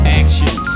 action